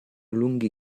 lunghi